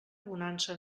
bonança